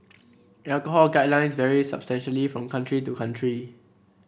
alcohol guidelines vary substantially from country to country